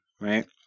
Right